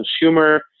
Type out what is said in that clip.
consumer